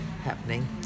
happening